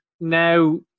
now